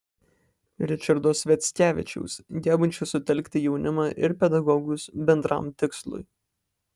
ričardo sviackevičiaus gebančio sutelkti jaunimą ir pedagogus bendram tikslui